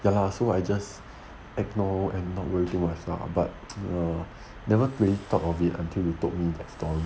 ya lah so I just ignore and nobody 晚上 but never pay thought of it until you told me